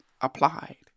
applied